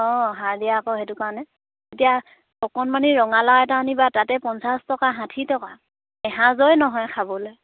অঁ সাৰ দিয়া আকৌ সেইটো কাৰণে এতিয়া অকণমাণি ৰঙালাও এটা আনিবা তাতে পঞ্চাছ টকা ষাঠি টকা এসাঁজৰেই নহয় খাবলৈ